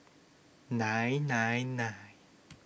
nine nine nine